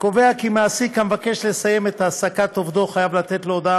קובע כי מעסיק המבקש לסיים את העסקת עובדו חייב לתת לו הודעה